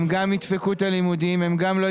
שוב, מדובר על תוספת לדמי הקיום.